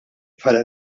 bħala